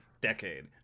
decade